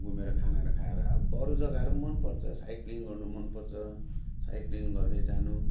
घुमेर खानाहरू खाएर अब अरू जग्गाहहरू मनपर्छ साइक्लिङ गर्नु मनपर्छ साइक्लिङ गर्दै जानु